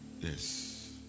Yes